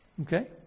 Okay